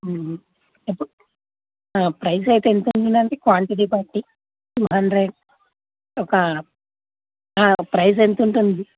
ఇప్పుడు ప్రైస్ అయితే ఎంత అండి దానిది క్వాంటిటీ బట్టి టూ హండ్రెడ్ ఒక ప్రైస్ ఎంత ఉంటుంది